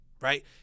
right